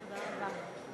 תודה רבה.